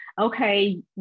Okay